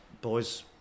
boys